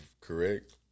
correct